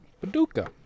Paducah